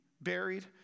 buried